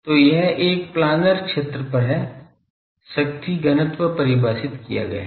तो यह एक प्लानर क्षेत्र पर है शक्ति घनत्व परिभाषित किया गया है